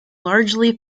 largely